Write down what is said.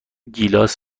گیلاس